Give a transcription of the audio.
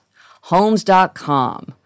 Homes.com